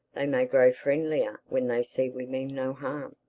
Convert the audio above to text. they may grow friendlier when they see we mean no harm.